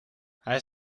hij